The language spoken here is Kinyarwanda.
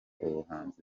ubuhanzi